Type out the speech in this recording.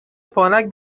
پانگ